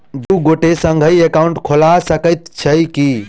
दु गोटे संगहि एकाउन्ट खोलि सकैत छथि की?